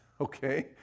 Okay